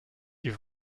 die